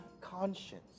conscience